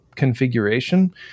Configuration